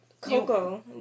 Coco